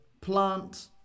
plant